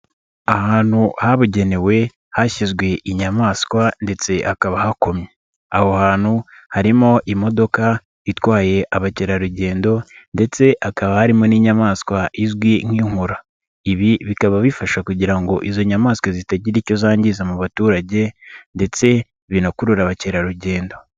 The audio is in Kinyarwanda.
Ahantu habugenewe hashyizwe inyamaswa ndetse hakaba hakomye, aho hantu harimo imodoka itwaye abakerarugendo ndetse hakaba harimo n'inyamaswa izwi nk'inkura. Ibi bikaba bifasha kugira ngo izo nyamaswa zitagira icyo zangiza mu baturage ndetse binakurure abakerarugendo.